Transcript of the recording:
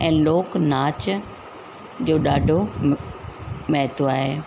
ऐं लोकु नाच जो ॾाढो महत्व आहे